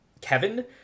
Kevin